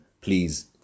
please